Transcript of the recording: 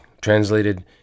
Translated